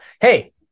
hey